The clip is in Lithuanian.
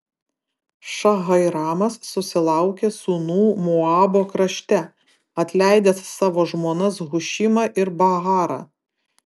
šaharaimas susilaukė sūnų moabo krašte atleidęs savo žmonas hušimą ir baarą